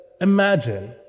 imagine